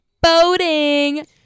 Boating